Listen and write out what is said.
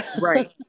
Right